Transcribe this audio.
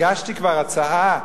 הגשתי כבר הצעה.